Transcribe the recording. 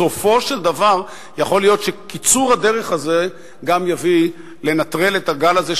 בסופו של דבר יכול להיות שקיצור הדרך הזה גם יביא לנטרול הגל הזה,